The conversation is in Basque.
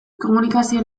komunikazio